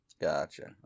Gotcha